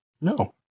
No